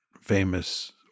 famous